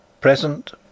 Present